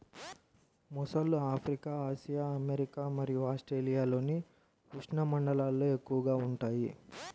మొసళ్ళు Africa, Asia, America మరియు ఆస్ట్రేలియాలోని ఉష్ణమండలాల్లో ఎక్కువగా ఉంటాయి